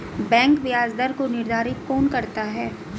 Bank ब्याज दर को निर्धारित कौन करता है?